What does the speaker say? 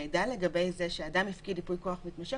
המידע לגבי זה שאדם הפקיד ייפוי כוח מתמשך